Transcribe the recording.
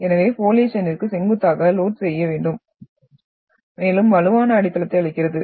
எனவே பாலியேசனிற்கு செங்குத்தாக லோட் செய்ய வேண்டும் மேலும் வலுவான அடித்தளத்தை அளிக்கிறது